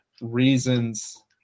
reasons